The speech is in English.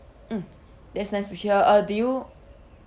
mm that's nice to hear uh do you